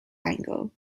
angle